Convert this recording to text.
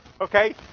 Okay